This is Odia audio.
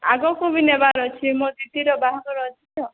ଆଗକୁ ବି ନେବାର୍ ଅଛେ ମୋ ଦିଦିର ବାହାଘର ଅଛି ତ